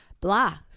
blah